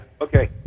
Okay